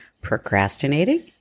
procrastinating